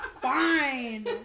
Fine